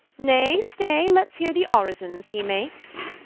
nay stay, let's heare the orizons hee makes